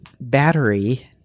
battery